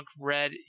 red